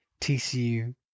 TCU